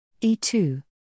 E2